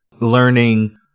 learning